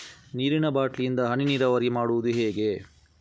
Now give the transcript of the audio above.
ನೀರಿನಾ ಬಾಟ್ಲಿ ಇಂದ ಹನಿ ನೀರಾವರಿ ಮಾಡುದು ಹೇಗೆ?